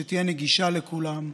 שתהיה נגישה לכולם,